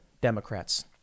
Democrats